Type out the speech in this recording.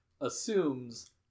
assumes